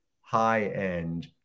high-end